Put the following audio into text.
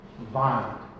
violent